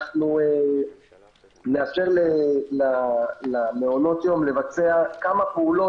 אנחנו נאפשר למעונות יום לבצע כמה פעולות